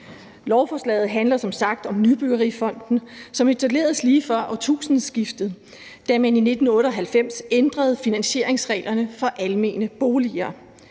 Lovforslaget handler som sagt om Nybyggerifonden, som etableredes lige før årtusindskiftet, da man i 1998 ændrede finansieringsreglerne for almene boliger.